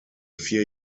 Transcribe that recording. vier